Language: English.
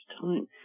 time